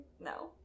No